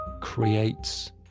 creates